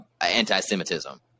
anti-Semitism